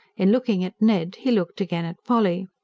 in looking at ned, he looked again at polly.